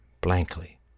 blankly